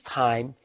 time